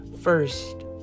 first